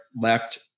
Left